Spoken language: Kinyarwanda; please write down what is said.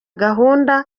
gahunda